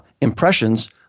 impressions